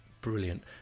brilliant